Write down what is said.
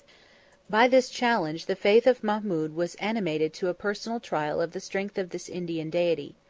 by this challenge, the faith of mahmud was animated to a personal trial of the strength of this indian deity.